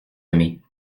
aimés